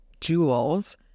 jewels